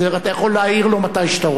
אתה יכול להעיר לו מתי שאתה רוצה.